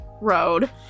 Road